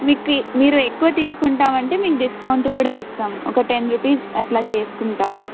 మీకు మీరు ఎక్కువ తీసుకుంటామంటే మీకు డిస్కౌంట్ కూడా ఇస్తాం ఒక టెన్ రుపీస్ అట్లా చేసుకుంటాం